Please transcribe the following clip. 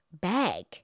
bag